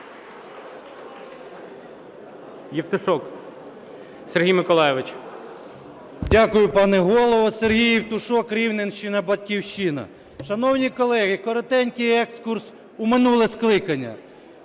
Дякую, пане Голово. Сергій Євтушок, Рівненщина, "Батьківщина". Шановні колеги, коротенький екскурс у минуле скликання.